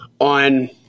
on